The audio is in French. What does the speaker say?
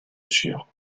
sûr